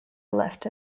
left